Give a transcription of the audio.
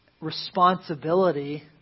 responsibility